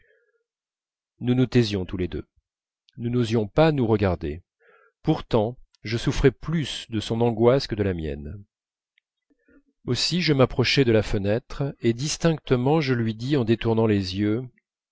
nous nous taisions tous les deux nous n'osions pas nous regarder pourtant je souffrais plus de son angoisse que de la mienne aussi je m'approchai de la fenêtre et distinctement je lui dis en détournant les yeux